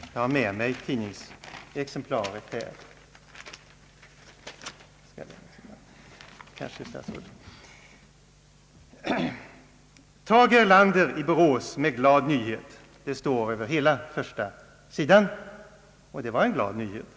»Tage Erlander i Borås med glad nyhet», stod det över hela första sidan. Och det var en glad nyhet.